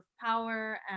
power